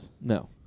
No